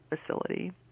facility